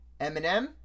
Eminem